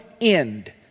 end